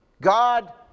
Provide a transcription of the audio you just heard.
God